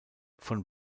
von